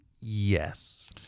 Yes